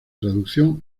traducción